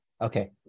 Okay